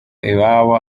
iwabo